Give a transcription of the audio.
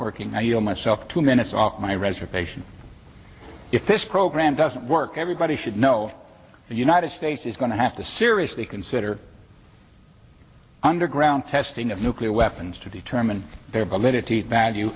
working now you know myself two minutes off my reservation if this program doesn't work everybody should know the united states is going to have to seriously consider underground testing of nuclear weapons to determine their validity value